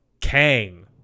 Kang